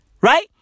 Right